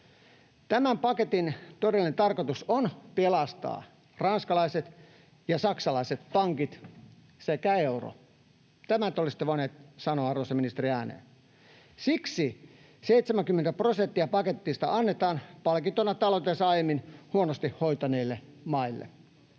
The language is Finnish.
Tämän paketin todellinen tarkoitus on pelastaa ranskalaiset ja saksalaiset pankit sekä euro. Tämän te olisitte voinut sanoa, arvoisa ministeri, ääneen. Siksi 70 prosenttia paketista annetaan palkintona taloutensa aiemmin huonosti hoitaneille maille.